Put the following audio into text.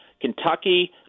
Kentucky